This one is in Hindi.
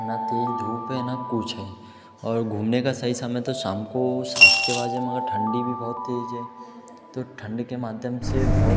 ना तेज़ धूप है ना कुछ है और घूमने का सही समय तो शाम को सात के बाद यहाँ मगर ठंडी भी बहुत तेज़ है तो ठंड के माध्यम से बहुत